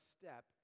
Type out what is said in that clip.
step